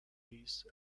leaves